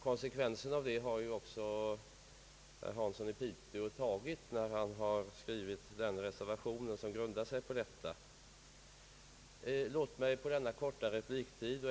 Herr Hansson i Piteå har också tagit konsekvenserna, när han skrivit den reservation som grundar sig på motionen.